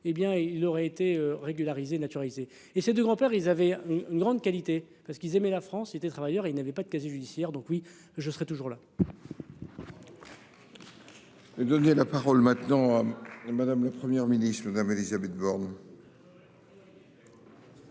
hé bien il aurait été régularisés naturalisés et ses du grand-père il avait une grande qualité parce qu'ils aimaient la France était travailleur il n'avait pas de casier judiciaire, donc oui je serai toujours.-- Et donner la parole maintenant. Madame, la Première ministre de Madame, Élisabeth Borne.